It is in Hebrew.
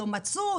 לא מצאו,